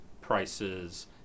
prices